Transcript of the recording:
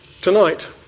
tonight